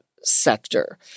sector